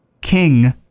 King